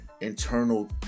internal